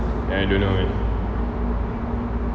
I don't know